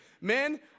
Men